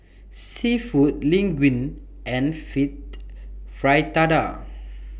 Seafood Linguine and fit Fritada